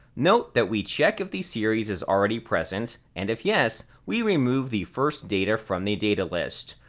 note that we check if the series is already present, and if yes, we remove the first data from the data list.